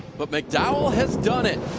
but mcdowell has done it.